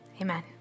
Amen